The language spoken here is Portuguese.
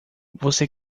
você